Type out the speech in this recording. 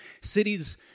cities